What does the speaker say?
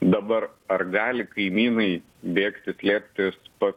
dabar ar gali kaimynai bėgti slėptis pas